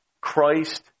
Christ